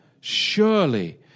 Surely